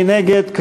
מי נגד?